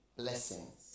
blessings